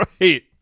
right